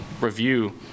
review